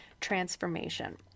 transformation